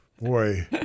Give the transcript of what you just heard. boy